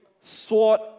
sword